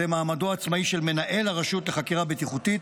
מעמדו העצמאי של מנהל הרשות לחקירה בטיחותית,